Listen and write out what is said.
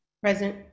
present